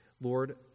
Lord